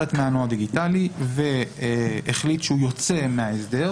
את מענו הדיגיטלי והחליט שהוא יוצא מההסדר.